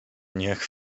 niech